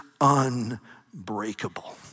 unbreakable